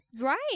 Right